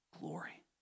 glory